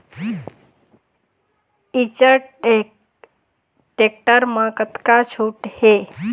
Eicher tractor म कतका छूट हे?